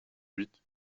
huit